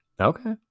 Okay